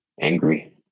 Angry